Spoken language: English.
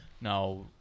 now